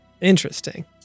Interesting